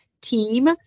team